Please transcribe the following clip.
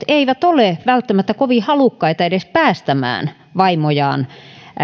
eivät ole välttämättä kovin halukkaita edes päästämään vaimojaan